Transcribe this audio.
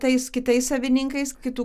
tais kitais savininkais kitų